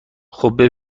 خوبه